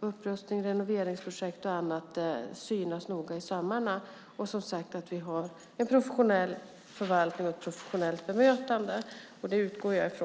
upprustning, renoveringsprojekt och annat synas noga i sömmarna och att vi har en professionell förvaltning och ett professionellt bemötande. Det utgår jag från.